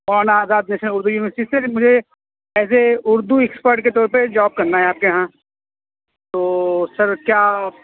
مولانا Azad national Urdu university سے مجھے as a Urdu expert کے طور پہ جاب کرنا ہے آپ کے یہاں تو سر کیا